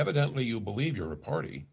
evidently you believe your a party